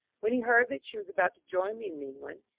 when he heard that she was about to join me in england,